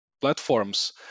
platforms